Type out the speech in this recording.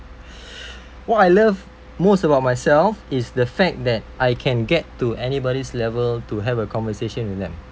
what I love most about myself is the fact that I can get to anybody's level to have a conversation with them